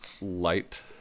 light